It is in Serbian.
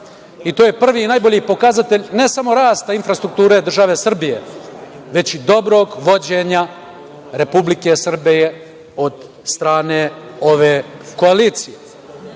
i to je prvi i najbolji pokazatelj ne samo rasta infrastrukture države Srbije, već i dobrog vođenja Republike Srbije od strane ove koalicije. Drugi